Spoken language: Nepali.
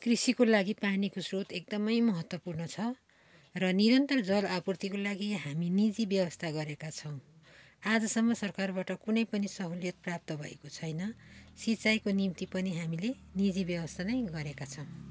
कृषिको लागि पानीको स्रोत एकदम महत्त्वपूर्ण छ र निरन्तर जल आपूर्तिको लागि हामी निजी व्यवस्था गरेका छौँ आजसम्म सरकारबाट कुनै पनि सहुलियत प्राप्त भएको छैन सिँचाइको निम्ति पनि हामीले निजी व्यवस्था नै गरेका छौँ